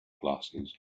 glasses